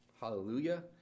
Hallelujah